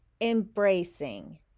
embracing